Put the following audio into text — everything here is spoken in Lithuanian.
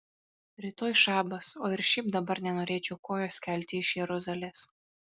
rytoj šabas o ir šiaip dabar nenorėčiau kojos kelti iš jeruzalės